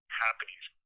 happenings